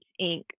Inc